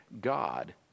God